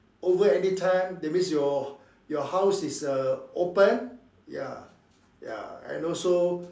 over anytime that means your your house is uh open ya ya and also